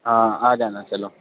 ہاں آ جانا چلو